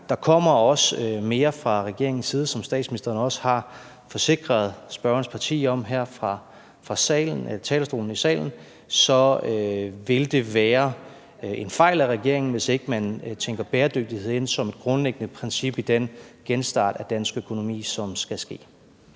der kommer også mere fra regeringens side. Som statsministeren også har forsikret spørgerens parti om her fra talerstolen i salen, så vil det være en fejl af regeringen, hvis ikke man tænker bæredygtighed ind som et grundlæggende princip i den genstart af dansk økonomi, som skal ske.